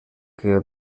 que